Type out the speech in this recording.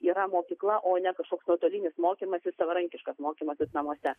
yra mokykla o ne kažkoks nuotolinis mokymasis savarankiškas mokymasis namuose